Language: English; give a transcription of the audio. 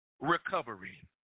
recovery